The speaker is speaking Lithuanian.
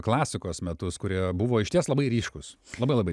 klasikos metus kurie buvo išties labai ryškūs labai labai